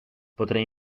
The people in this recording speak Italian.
potrei